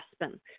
Aspen